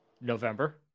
November